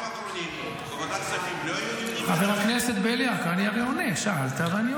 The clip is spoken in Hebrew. האחרונים בוועדת שרים לא היו דיונים על